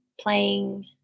playing